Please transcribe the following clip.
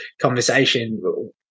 conversation